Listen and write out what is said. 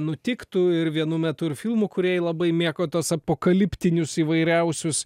nutiktų ir vienu metu ir filmų kūrėjai labai mėgo tuos apokaliptinius įvairiausius